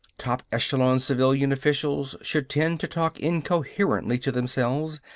top-echelon civilian officials should tend to talk incoherently to themselves,